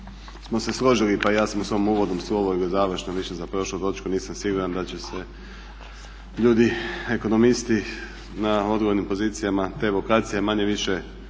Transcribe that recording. smo se složili pa i ja sam u svom uvodnom slovu ili završnom, više za prošlu točku nisam siguran da će se ljudi, ekonomisti na odvojenim pozicijama …/Govornik se ne